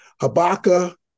Habakkuk